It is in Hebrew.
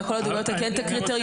וכל עוד לא נתקן את הקריטריונים,